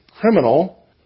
criminal